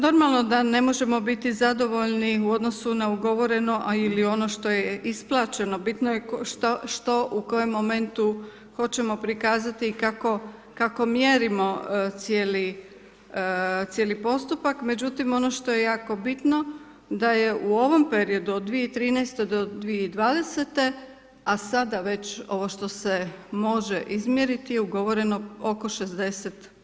Normalno da ne možemo biti zadovoljni u odnosu na ugovoreno a ili ono što je isplaćeno bitno je što u kojem momentu hoćemo prikazati i kako mjerimo cijeli postupak, međutim ono što je jako bitno da je u ovom periodu od 2013. do 2020., a sada već ovo što se može izmjeriti je ugovoreno oko 60%